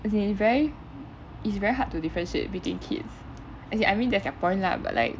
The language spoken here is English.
as in it's very it's very hard to differentiate between kids as in I mean that's their point lah but like